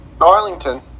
Arlington